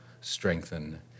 strengthen